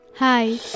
Hi